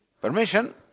permission